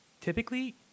typically